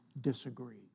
disagree